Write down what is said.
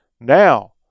Now